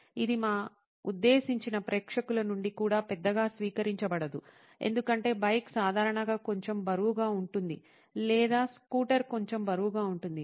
ఇది మా ఉద్దేశించిన ప్రేక్షకుల నుండి కూడా పెద్దగా స్వీకరించబడదు ఎందుకంటే బైక్ సాధారణంగా కొంచెం బరువుగా ఉంటుంది లేదా స్కూటర్ కొంచెం బరువుగా ఉంటుంది